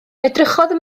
edrychodd